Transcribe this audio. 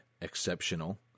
exceptional